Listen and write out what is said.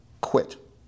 quit